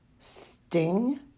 Sting